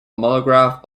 monograph